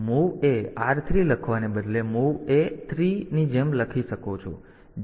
તેથી તમે તેને MOV AR3 લખવાને બદલે MOV A3 ની જેમ લખી શકો છો